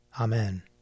Amen